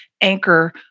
anchor